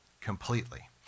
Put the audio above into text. completely